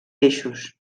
peixos